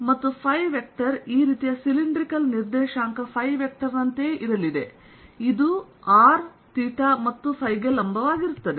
ಮತ್ತು ಫೈವೆಕ್ಟರ್ ಈ ರೀತಿಯ ಸಿಲಿಂಡ್ರಿಕಲ್ ನಿರ್ದೇಶಾಂಕ ಫೈ ವೆಕ್ಟರ್ನಂತೆ ಇರಲಿದೆ ಇದು r ಥೀಟಾ ಮತ್ತು ಫೈ ಗೆ ಲಂಬವಾಗಿರುತ್ತದೆ